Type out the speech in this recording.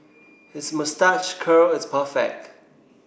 his moustache curl is perfect